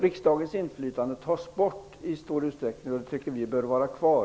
Riksdagens inflytande tas bort i stor utsträckning. Men det tycker vi bör finnas kvar.